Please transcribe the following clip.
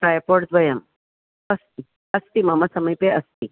tripod द्वयम् अस्ति अस्ति मम समीपे अस्ति